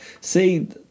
See